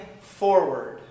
forward